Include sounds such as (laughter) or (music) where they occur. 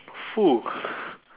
(noise)